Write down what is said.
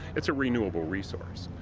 it's a renewable resource.